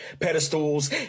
Pedestals